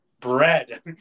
Bread